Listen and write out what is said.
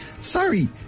sorry